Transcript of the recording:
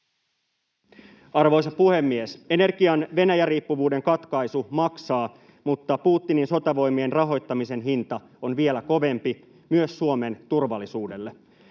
Arvoisa puhemies! Energian Venäjä-riippuvuuden katkaisu maksaa, mutta Putinin sotavoimien rahoittamisen hinta on vielä kovempi myös Suomen turvallisuudelle.